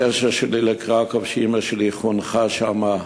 הקשר שלי לקרקוב הוא שאימא שלי חונכה שם,